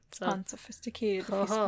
Unsophisticated